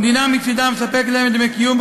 המדינה מצדה מספקת להם דמי קיום,